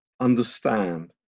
understand